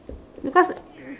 because